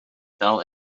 fell